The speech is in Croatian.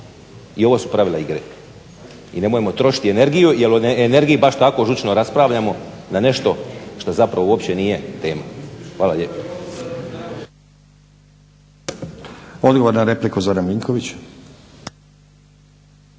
I ovo su pravila igre. I nemojmo trošiti energiju jer o energiji baš tako žučno raspravljamo na nešto što zapravo uopće nije tema. Hvala lijepa.